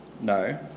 No